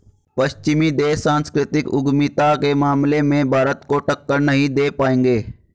पश्चिमी देश सांस्कृतिक उद्यमिता के मामले में भारत को टक्कर नहीं दे पाएंगे